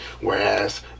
Whereas